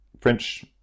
French